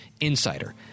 insider